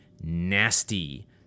nasty